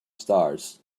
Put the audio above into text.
stars